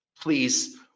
please